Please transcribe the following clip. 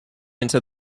into